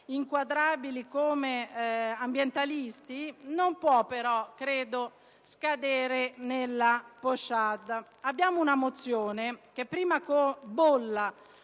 inquadrabili come ambientalisti, non può però scadere nella *pochade*. Abbiamo una mozione che bolla